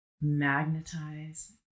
magnetize